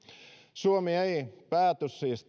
suomi ei siis